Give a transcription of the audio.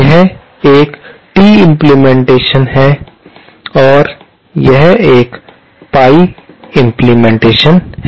यह एक T implementation है यह एक पाई इम्प्लीमेंटेशन है